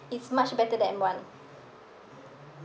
it's much better than M one